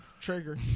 Trigger